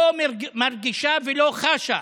היא לא מרגישה ולא חשה,